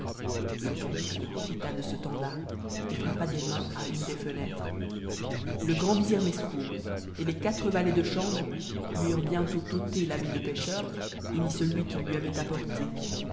le calife profita de ce temps-là et frappa des mains à une des fenêtres le rand vizir mesrour et les quatre valets de chambre lui eurent bientôt ùte t'habit de pêcheur et mis celui qu'ils lui avaient apporté